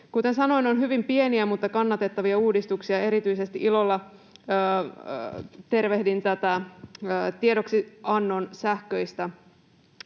Kuten sanoin, on hyvin pieniä mutta kannatettavia uudistuksia. Tervehdin ilolla erityisesti tätä tiedoksiannon sähköistä